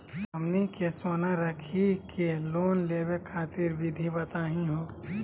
हमनी के सोना रखी के लोन लेवे खातीर विधि बताही हो?